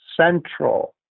central